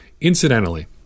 Incidentally